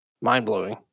mind-blowing